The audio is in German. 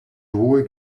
hohe